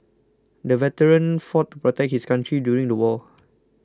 the veteran fought to protect his country during the war